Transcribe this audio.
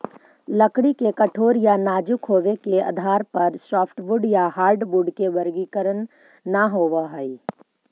लकड़ी के कठोर या नाजुक होबे के आधार पर सॉफ्टवुड या हार्डवुड के वर्गीकरण न होवऽ हई